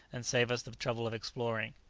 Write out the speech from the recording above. and save us the trouble of exploring.